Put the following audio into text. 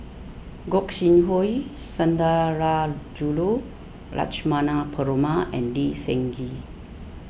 Gog Sing Hooi Sundarajulu Lakshmana Perumal and Lee Seng Gee